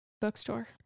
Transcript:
bookstore